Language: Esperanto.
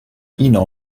ino